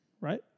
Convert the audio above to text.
right